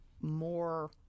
more